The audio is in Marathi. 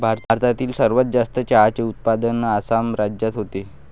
भारतातील सर्वात जास्त चहाचे उत्पादन आसाम राज्यात होते